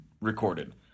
recorded